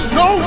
no